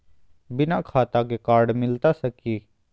बिना खाता के कार्ड मिलता सकी?